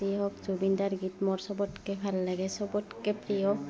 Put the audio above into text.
যি হওক জুবিনদাৰ গীত মোৰ চবতকৈ ভাল লাগে চবতকৈ প্ৰিয়